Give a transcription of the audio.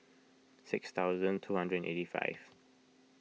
six thousand two hundred and eighty five